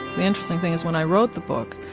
the interesting thing is when i wrote the book,